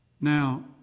now